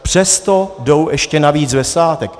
Přesto jdou ještě navíc ve svátek.